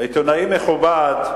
עיתונאי מכובד,